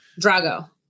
Drago